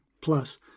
plus